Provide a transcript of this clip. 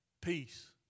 Peace